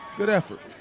good effort.